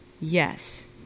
Yes